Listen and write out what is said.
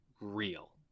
real